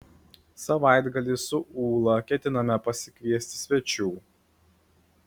savaitgalį su ūla ketiname pasikviesti svečių